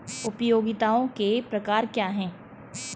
उपयोगिताओं के प्रकार क्या हैं?